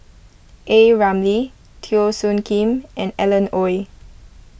A Ramli Teo Soon Kim and Alan Oei